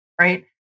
right